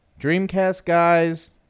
Dreamcastguys